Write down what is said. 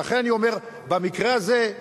ולכן אני אומר: במקרה הזה,